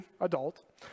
adult